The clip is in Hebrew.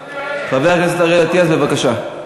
חבר הכנסת אריאל אטיאס, בבקשה.